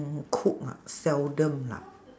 mm cook ah seldom lah